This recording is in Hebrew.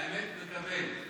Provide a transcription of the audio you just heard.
האמת, מקבל.